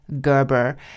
Gerber